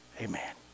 amen